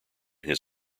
his